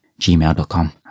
gmail.com